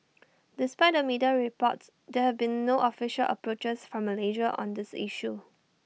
despite the media reports there have been no official approaches from Malaysia on this issue